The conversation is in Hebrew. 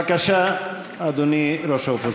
בבקשה, אדוני ראש האופוזיציה.